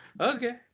Okay